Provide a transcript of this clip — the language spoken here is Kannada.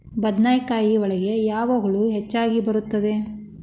ಬದನೆಕಾಯಿ ಒಳಗೆ ಯಾವ ಹುಳ ಹೆಚ್ಚಾಗಿ ಬರುತ್ತದೆ?